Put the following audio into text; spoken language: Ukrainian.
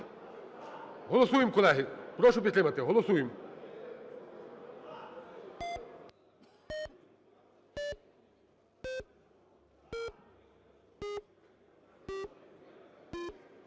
Голосуємо, колеги. Прошу підтримати. Голосуємо.